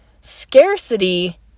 Scarcity